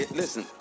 listen